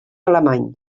alemany